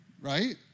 Right